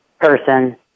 person